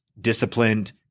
disciplined